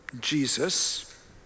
Jesus